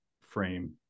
frame